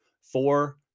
Four